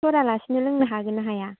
सरालासिनो लोंनो हागोन ना हाया